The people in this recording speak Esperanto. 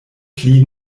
pli